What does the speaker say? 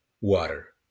Water